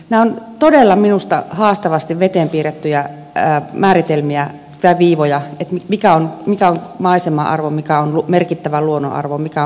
nämä ovat minusta todella haastavasti veteen piirrettyjä määritelmiä tai viivoja mikä on maisema arvo mikä on merkittävä luonnonarvo mikä on uhanalaisuus